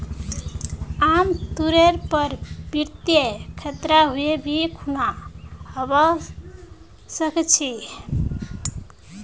आमतौरेर पर वित्तीय खतरा कोई भी खुना हवा सकछे